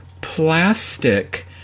plastic